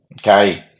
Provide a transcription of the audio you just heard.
Okay